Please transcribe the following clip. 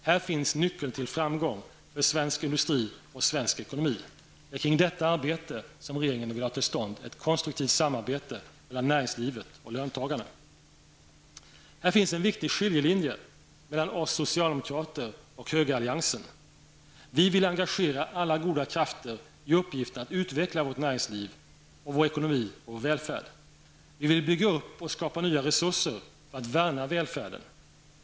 Här finns nyckeln till framgång för svensk industri och svensk ekonomi. Det är kring detta arbete som regeringen vill ha till stånd ett konstruktivt samarbete mellan näringslivet och löntagarna. Här finns det en viktig skiljelinje mellan oss socialdemokrater och högeralliansen. Vi vill engagera alla goda krafter i uppgiften att utveckla vårt näringsliv och vår ekonomi och vår välfärd. Vi vill bygga upp och skapa nya resurser för att värna välfärden.